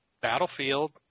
Battlefield